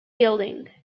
building